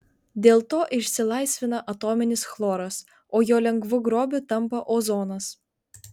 dėl to išsilaisvina atominis chloras o jo lengvu grobiu tampa ozonas